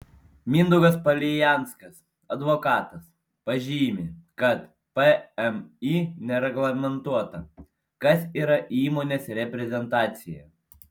mindaugas palijanskas advokatas pažymi kad pmį nereglamentuota kas yra įmonės reprezentacija